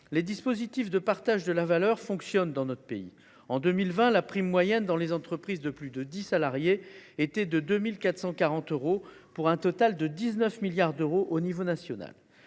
les dispositifs de partage de la valeur fonctionnent dans notre pays. En 2020, le montant moyen de la prime versée par les entreprises de plus de 10 salariés était de 2 440 euros, pour un total de 19 milliards d’euros à l’échelle nationale.